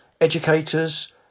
educators